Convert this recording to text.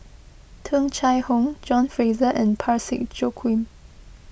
Tung Chye Hong John Fraser and Parsick Joaquim